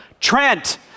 Trent